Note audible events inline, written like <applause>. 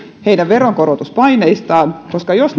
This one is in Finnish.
heidän veronkorotuspaineistaan jos <unintelligible>